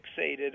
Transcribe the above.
fixated